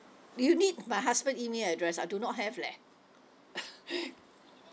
you need my husband email address I do not have leh